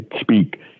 speak